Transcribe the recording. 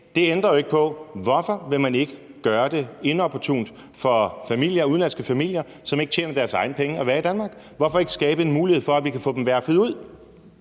at spørgsmålet er: Hvorfor vil man ikke gøre det inopportunt for udenlandske familier, som ikke tjener deres egne penge, at være i Danmark? Hvorfor ikke skabe en mulighed for, at vi kan få dem verfet ud?